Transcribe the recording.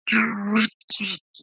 electric